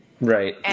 right